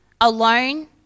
alone